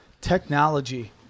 Technology